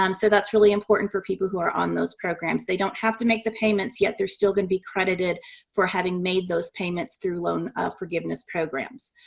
um so that's really important for people who are on those programs. they don't have to make the payments. yet, they're still going to be credited for having made those payments through loan forgiveness programs.